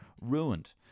ruined